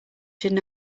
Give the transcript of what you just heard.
should